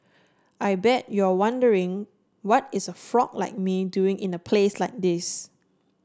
I bet you're wondering what is a frog like me doing in a place like this